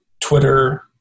Twitter